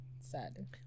Sad